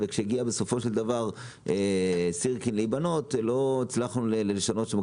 כשסירקין הצליחה בסופו של דבר להיבנות,